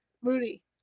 Moody